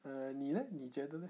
err 你 leh 你觉得 leh